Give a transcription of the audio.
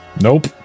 Nope